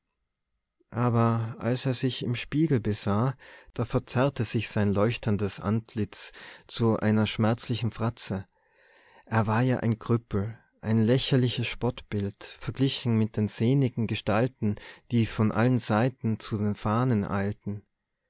aber als er sich im spiegel besah da verzerrte sich sein leuchtendes antlitz zu einer schmerzlichen fratze er war ja ein krüppel ein lächerliches spottbild verglichen mit den sehnigen gestalten die von allen seiten zu den fahnen eilten